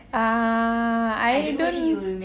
ah I don't